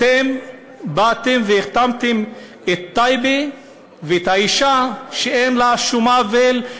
אתם באתם והכתמתם את טייבה ואת האישה שלא עשתה שום עוול,